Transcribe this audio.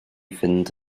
fynd